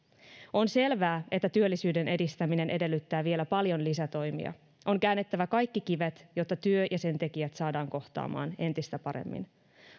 on selvää että työllisyyden edistäminen edellyttää vielä paljon lisätoimia on käännettävä kaikki kivet jotta työ ja sen tekijät saadaan kohtaamaan entistä paremmin